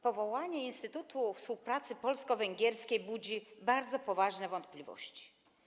Powołanie Instytutu Współpracy Polsko-Węgierskiej budzi bardzo poważne wątpliwości.